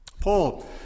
Paul